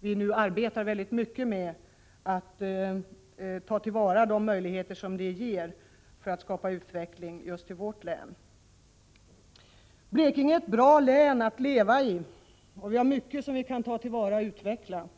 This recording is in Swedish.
Vi arbetar mycket för att ta till vara de möjligheter som detta beslut skapar för utvecklingen i länet. Blekinge är ett bra län att leva i, och vi har mycket som vi kan ta till vara och utveckla.